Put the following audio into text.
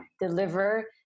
deliver